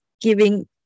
giving